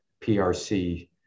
PRC